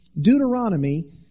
Deuteronomy